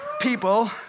people